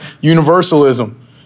Universalism